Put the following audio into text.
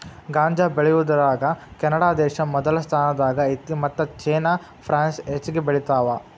ಗಾಂಜಾ ಬೆಳಿಯುದರಾಗ ಕೆನಡಾದೇಶಾ ಮೊದಲ ಸ್ಥಾನದಾಗ ಐತಿ ಮತ್ತ ಚೇನಾ ಪ್ರಾನ್ಸ್ ಹೆಚಗಿ ಬೆಳಿತಾವ